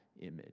image